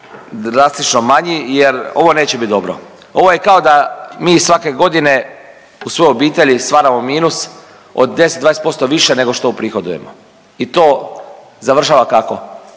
drastično manji, jer ovo neće biti dobro. Ovo je kao da mi svake godine u svojoj obitelji stvaramo minus od 10, 20% više nego što uprihodujemo. I to završava kako?